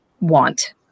want